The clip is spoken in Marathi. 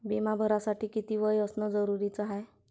बिमा भरासाठी किती वय असनं जरुरीच हाय?